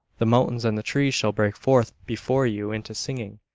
the mountains and the trees shall break forth before you into singing,